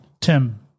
Tim